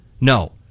No